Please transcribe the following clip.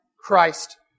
Christ